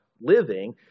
living